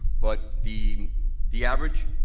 but the the average